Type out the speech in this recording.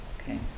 Okay